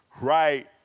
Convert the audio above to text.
right